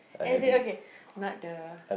as in okay not the